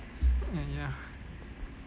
!aiya!